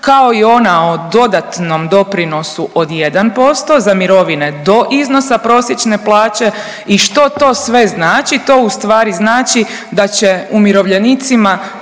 kao i ona o dodatnom doprinosu od 1% za mirovine do iznosa prosječne plaće. I što ti sve znači? To ustvari znači da će umirovljenicima